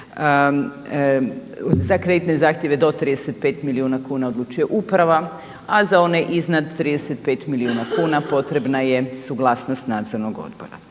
za kreditne zahtjeve do 35 milijuna kuna odlučuje Uprava, a za one iznad 35 milijuna kuna potrebna je suglasnost Nadzornog odbora.